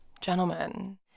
Gentlemen